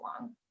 long